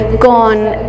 con